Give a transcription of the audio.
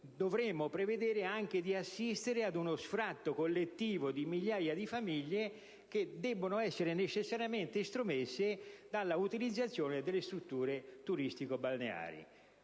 queste aziende, rischiamo di assistere anche a uno sfratto collettivo di migliaia di famiglie che dovranno essere necessariamente estromesse dall'utilizzazione delle strutture turistico-balneari.